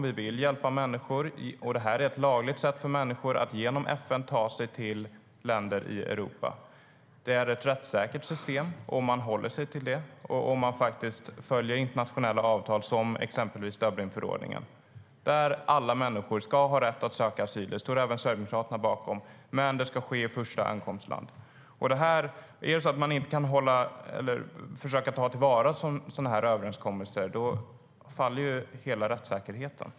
Vi vill hjälpa människor, och det här är ett lagligt sätt för människor att genom FN ta sig till länder i Europa. Det är ett rättssäkert system om man håller sig till det och faktiskt följer internationella avtal som exempelvis Dublinförordningen. Där står det att alla människor ska ha rätt att söka asyl - det står även Sverigedemokraterna bakom - men att det ska ske i första ankomstland. Är det så att man inte kan ta till vara sådana överenskommelser, då faller hela rättssäkerheten.